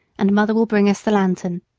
and mother will bring us the lantern.